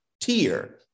tier